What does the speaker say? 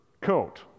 coat